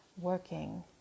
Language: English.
working